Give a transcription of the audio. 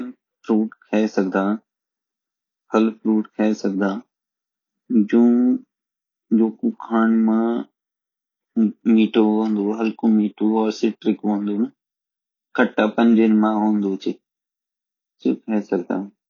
हम यन फ्रूट खेय सकदा फल फ्रूट खेय सकदा जो कि खाण मा मीठू होंदु हल्कू मीठू और सिट्रिक होन्दु खट्टापन जिनमा होन्दु ची सी खेय सकदा